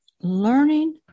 learning